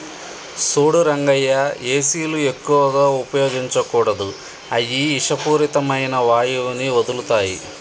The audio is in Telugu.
సూడు రంగయ్య ఏసీలు ఎక్కువగా ఉపయోగించకూడదు అయ్యి ఇషపూరితమైన వాయువుని వదులుతాయి